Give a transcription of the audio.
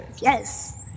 yes